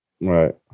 right